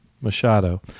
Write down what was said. Machado